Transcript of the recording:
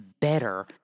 better